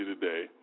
today